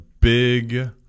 big